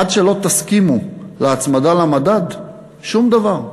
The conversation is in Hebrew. עד שלא תסכימו להצמדה למדד, שום דבר.